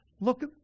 look